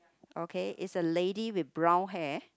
okay it's a lady with brown hair